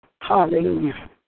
Hallelujah